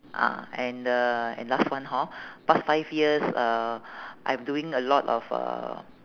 ah and uh and last one hor past five years uh I'm doing a lot of uh